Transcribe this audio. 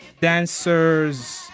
dancers